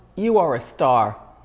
you are a star.